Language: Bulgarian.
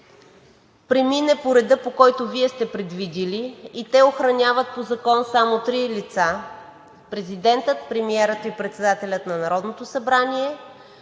премине по реда, по който Вие сте предвидили и те охраняват по закон само три лица – президента, премиера и председателя на Народното събрание,